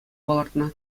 палӑртнӑ